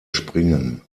springen